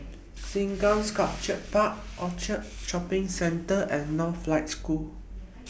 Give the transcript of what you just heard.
Sengkang Sculpture Park Orchard Shopping Centre and Northlight School